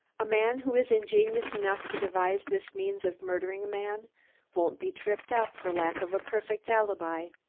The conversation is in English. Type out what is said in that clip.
a man who is ingenious enough to devise this means of murdering a man won't be tripped up for lack of a perfect alibi.